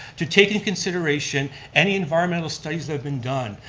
to take and consideration any environmental studies that have been done.